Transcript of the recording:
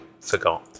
forgot